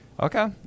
Okay